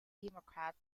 democrat